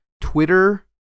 Twitter